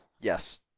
Yes